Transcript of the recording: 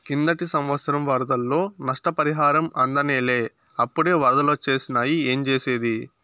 కిందటి సంవత్సరం వరదల్లో నష్టపరిహారం అందనేలా, అప్పుడే ఒరదలొచ్చేసినాయి ఏంజేసేది